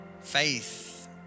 Faith